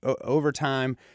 overtime